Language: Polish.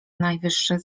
najwyższe